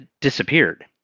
disappeared